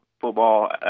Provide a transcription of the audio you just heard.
football